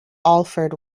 alford